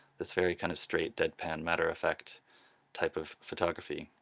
this very kind of straight, deadpan, matter effect type of photography